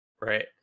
right